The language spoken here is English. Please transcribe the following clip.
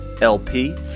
lp